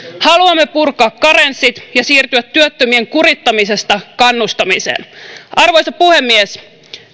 haluamme purkaa karenssit ja siirtyä työttömien kurittamisesta kannustamiseen arvoisa puhemies